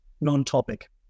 non-topic